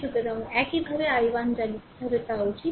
সুতরাং এই ভাবে i1 যা লিখতে হবে তা উচিত